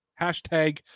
Hashtag